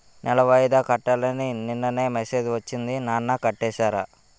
నెల వాయిదా కట్టాలని నిన్ననే మెసేజ్ ఒచ్చింది నాన్న కట్టేసారా?